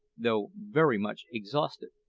though very much exhausted,